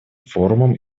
форумом